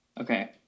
Okay